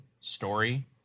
story